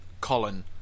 Colin